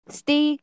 stay